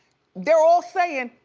they're all sayin',